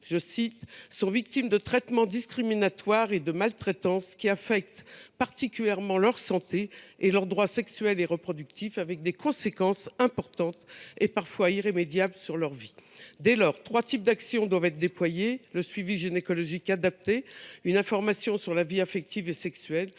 « sont victimes de traitements discriminatoires et de maltraitances qui affectent particulièrement leur santé et leurs droits sexuels et reproductifs, avec des conséquences importantes et parfois irrémédiables sur leur vie ».